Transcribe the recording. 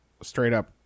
straight-up